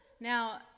Now